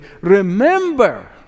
remember